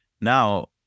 Now